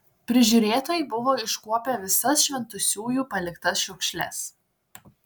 prižiūrėtojai buvo iškuopę visas šventusiųjų paliktas šiukšles